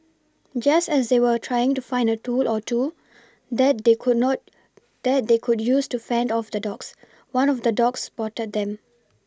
just as they were trying to find a tool or two that they could not that they could use to fend off the dogs one of the dogs spotted them